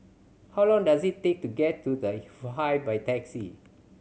how long does it take to get to The Hive by taxi